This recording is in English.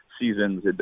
seasons